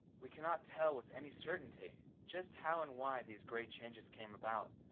we cannot tell with any certainty just how and why these great changes came about.